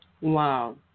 wow